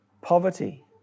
poverty